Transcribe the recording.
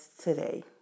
today